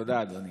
תודה, אדוני.